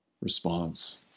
response